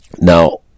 now